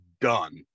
done